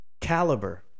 Caliber